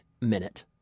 minute